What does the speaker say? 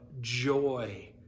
joy